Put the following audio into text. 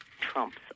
trumps